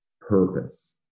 purpose